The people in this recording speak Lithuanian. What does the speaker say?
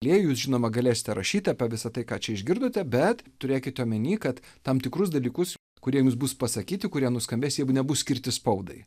jei jūs žinoma galėsite rašyti apie visa tai ką čia išgirdote bet turėkite omenyje kad tam tikrus dalykus kuriems bus pasakyti kurie nuskambės jau nebus skirti spaudai